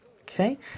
Okay